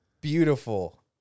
beautiful